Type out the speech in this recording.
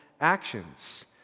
actions